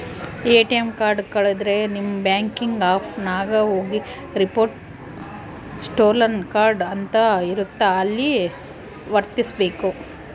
ATM card ಕಳುದ್ರೆ ನಿಮ್ banking app ನಾಗ ಹೋಗಿ ರಿಪೋರ್ಟ್ ಸ್ಟೋಲನ್ ಕಾರ್ಡ್ ಅಂತ ಇರುತ್ತ ಅಲ್ಲಿ ವತ್ತ್ಬೆಕು